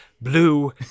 blue